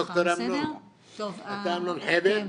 אתה אמנון חבר?